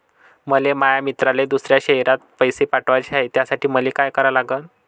मले माया मित्राले दुसऱ्या शयरात पैसे पाठवाचे हाय, त्यासाठी मले का करा लागन?